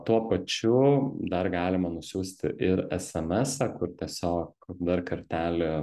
tuo pačiu dar galima nusiųsti ir esemesą kur tiesiog dar kartelį